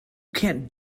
can’t